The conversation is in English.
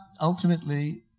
ultimately